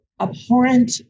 abhorrent